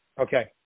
Okay